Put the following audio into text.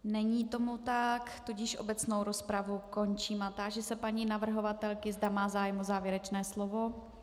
Není tomu tak, tudíž obecnou rozpravu končím a táži se paní navrhovatelky, zda má zájem o závěrečné slovo.